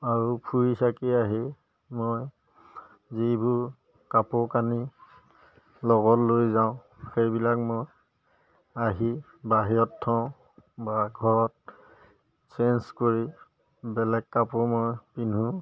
আৰু ফুৰি চাকি আহি মই যিবোৰ কাপোৰ কানি লগত লৈ যাওঁ সেইবিলাক মই আহি বাহিৰত থওঁ বা ঘৰত চেঞ্জ কৰি বেলেগ কাপোৰ মই পিন্ধো